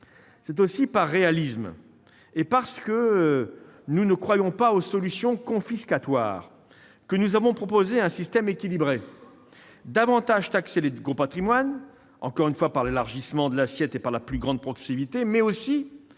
C'est aussi par réalisme, et parce que nous ne croyons pas aux solutions confiscatoires, que nous avons proposé un système équilibré : davantage taxer les gros patrimoines, encore une fois par l'élargissement de l'assiette et une plus grande progressivité, mais aussi